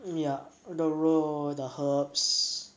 ya the 肉 the herbs